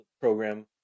program